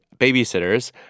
babysitters